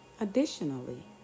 Additionally